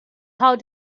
how